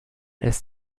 ist